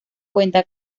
cuenta